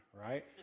right